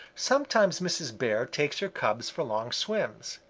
sometimes mrs. bear takes her cubs for long swims.